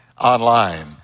Online